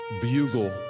bugle